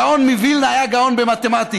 הגאון מווילנה היה גאון במתמטיקה.